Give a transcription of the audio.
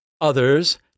Others